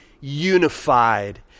unified